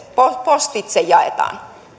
postitse jaetaan